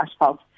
asphalt